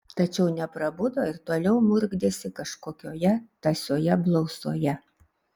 tačiau neprabudo ir toliau murkdėsi kažkokioje tąsioje blausoje